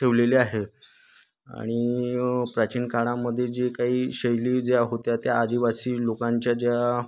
ठेवलेले आहे आणि प्राचीन काळामध्ये जे काही शैली ज्या होत्या त्या आदिवासी लोकांच्या ज्या